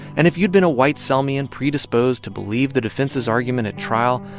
and if you'd been a white selmian predisposed to believe the defense's argument at trial,